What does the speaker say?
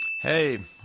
Hey